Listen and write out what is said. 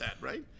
right